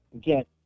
get